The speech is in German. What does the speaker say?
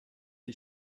die